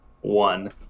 One